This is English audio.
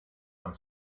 and